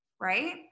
Right